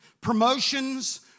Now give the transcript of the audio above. promotions